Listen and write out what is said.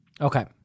Okay